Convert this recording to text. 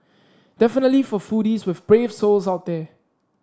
definitely for foodies with brave souls out there